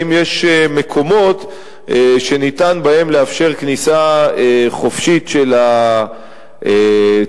האם יש מקומות שניתן לאפשר בהם כניסה חופשית של הציבור,